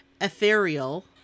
ethereal